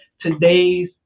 today's